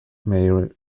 may